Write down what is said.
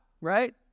right